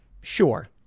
sure